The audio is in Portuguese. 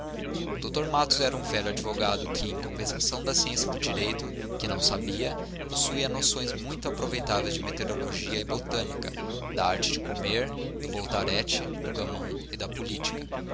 dr matos era um velho advogado que em compensação da ciência do direito que não sabia possuía noções muito aproveitáveis de meteorologia e botânica da arte de comer do voltarete do gamão e da política